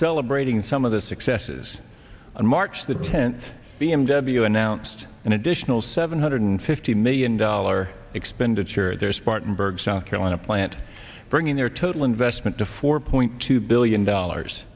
celebrating some of the successes on march the tent b m w announced an additional seven hundred fifty million dollar expenditure there spartanburg south carolina plant bringing their total investment to four point two billion dollars